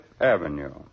Avenue